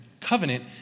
covenant